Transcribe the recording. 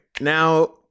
Now